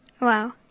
Wow